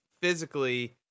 physically